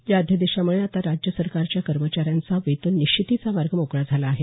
या अध्यादेशामुळे आता राज्य सरकारच्या कर्मचाऱ्यांचा वेतन निश्चितीचा मार्ग मोकळा झाला आहे